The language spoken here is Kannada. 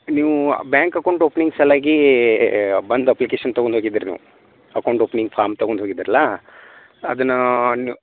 ನೀವು ಬ್ಯಾಂಕ್ ಅಕೌಂಟ್ ಓಪ್ನಿಂಗ್ ಸಲ್ವಾಗಿ ಬಂದು ಅಪ್ಲಿಕೇಶನ್ ತೊಗೊಂಡ್ ಹೋಗಿದ್ದಿರಿ ನೀವು ಅಕೌಂಟ್ ಓಪ್ನಿಂಗ್ ಫಾರ್ಮ್ ತೊಗೊಂಡು ಹೋಗಿದ್ರಲ್ವ ಅದನ್ನು ನೀವು